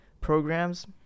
programs